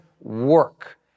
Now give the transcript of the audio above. work